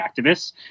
activists